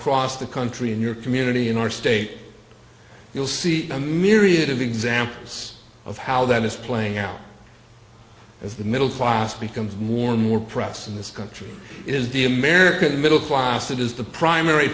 across the country in your community in our state you'll see a myriad of examples of how that is playing out as the middle class becomes more and more press in this country is the american middle class that is the primary